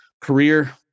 career